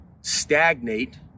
stagnate